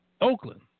Oakland